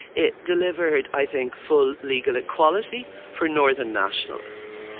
it delivered i think full legal equality for northern nationalists.